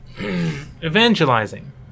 Evangelizing